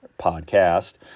podcast